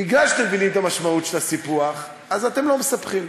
בגלל שאתם מבינים את המשמעות של הסיפוח אתם לא מספחים,